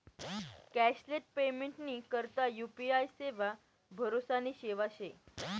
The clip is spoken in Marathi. कॅशलेस पेमेंटनी करता यु.पी.आय सेवा भरोसानी सेवा शे